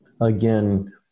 again